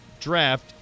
draft